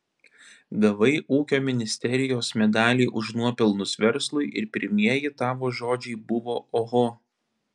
gavai ūkio ministerijos medalį už nuopelnus verslui ir pirmieji tavo žodžiai buvo oho